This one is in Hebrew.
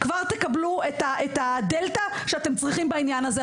כבר תקבלו את הדלתה שאתם צריכים בעניין הזה.